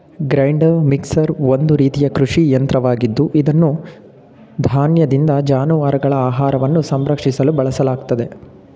grinder mixer ಒಂದು ರೀತಿಯ ಕೃಷಿ ಯಂತ್ರವಾಗಿದ್ದು ಇದನ್ನು ಧಾನ್ಯದಿಂದ ಜಾನುವಾರುಗಳ ಆಹಾರವನ್ನು ಸಂಸ್ಕರಿಸಲು ಬಳಸಲಾಗ್ತದೆ